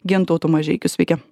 gintautu mažeikiu sveiki